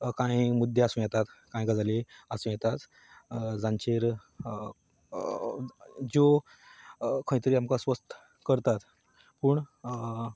कांय मुद्दे आसूं येतात कांय गजाली आसूं येतात जांचेर ज्यो खंयतरी आमकां अस्वस्थ करतात पूण